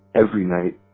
every night.